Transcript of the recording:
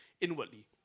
inwardly